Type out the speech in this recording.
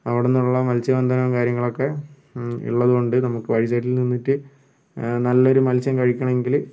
അവിടുന്നുള്ള മത്സ്യബന്ധനവും കാര്യങ്ങളുമൊക്കെ ഇള്ളതുകൊണ്ട് നമുക്ക് വഴിസൈഡിൽ നിന്നിട്ട് നല്ലൊരു മത്സ്യം കഴിക്കണം എങ്കില്